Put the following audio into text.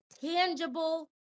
tangible